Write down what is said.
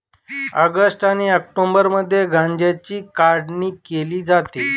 August आणि ऑक्टोबरमध्ये गांज्याची काढणी केली जाते